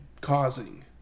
causing